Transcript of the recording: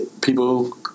people